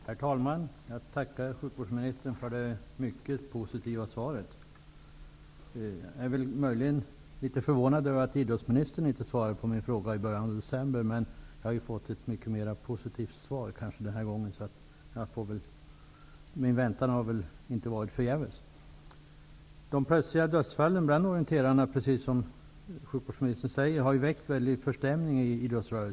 Herr talman! Jag tackar sjukvårdsministern för det mycket positiva svaret. Jag är möjligen litet förvånad över att inte idrottsministern svarade på min fråga i början av december, men jag har ju fått ett mycket positivt svar den här gången. Min väntan har väl inte varit förgäves. De plötsliga dödsfallen bland orienterarna har ju väckt en stor förstämning i idrottsrörelsen, precis som sjukvårdsministern säger.